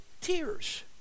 tears